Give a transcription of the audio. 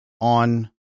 on